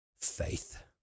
faith